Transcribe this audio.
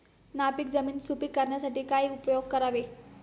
नापीक जमीन सुपीक करण्यासाठी काय उपयोग करावे?